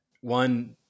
one